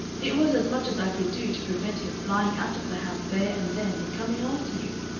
it was as much as i could do to prevent him flying out of the house there and then and coming after you.